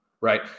right